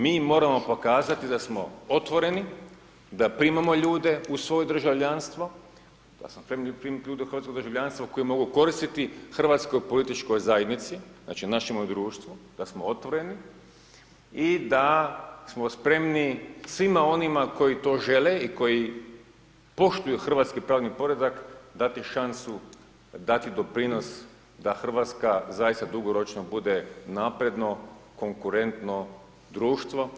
Mi moram pokazati da smo otvoreni, da primamo ljude u svoje državljanstvo, da smo spremni primiti ljude u hrvatsko državljanstvo koji mogu koristiti hrvatskoj političkoj zajednici, znači našemu društvu, da smo otvoreni i da smo spremni svima onima koji to žele i koji poštuju hrvatski pravni poredak dati šansu, dati doprinos da Hrvatska zaista dugoročno bude napredno, konkurentno društvo.